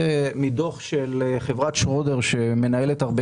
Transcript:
זה מדוח של חברת שרודרס שמנהלת הרבה